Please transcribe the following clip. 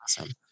Awesome